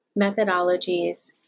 methodologies